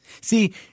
See